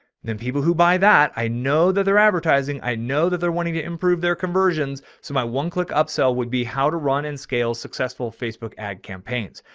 then people who buy that, i know that they're advertising. i know that they're wanting to improve their conversions. so my one click upsell would be how to run and scale successful facebook ad campaigns.